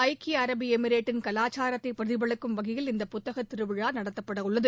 ஐக்கிய அரபு எமிரேட்டின் கலாச்சாரத்தை பிரதிபலிக்கும் வகையில் இந்த ப்த்தக திருவிழா நடத்தப்பட உள்ளது